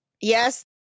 Yes